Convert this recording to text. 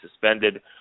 suspended